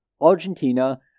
Argentina